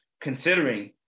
Considering